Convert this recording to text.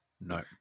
No